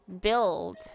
build